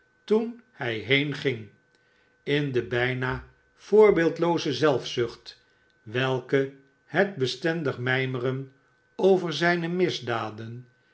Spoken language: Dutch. toen hij heenging in de bijna voorbeeldelooze zelfzucht welke het bestendig mijmeren over zijne misdaden